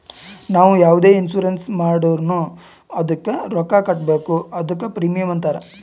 ನಾವು ಯಾವುದೆ ಇನ್ಸೂರೆನ್ಸ್ ಮಾಡುರ್ನು ಅದ್ದುಕ ರೊಕ್ಕಾ ಕಟ್ಬೇಕ್ ಅದ್ದುಕ ಪ್ರೀಮಿಯಂ ಅಂತಾರ್